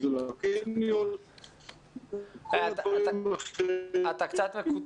ללכת איתו לקניון --- אתה קצת מקוטע,